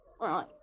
Right